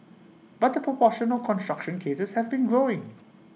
but the proportion of construction cases has been growing